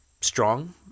strong